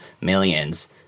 millions